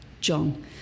John